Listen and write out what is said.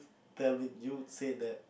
tell me you said that